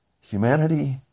humanity